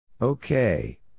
Okay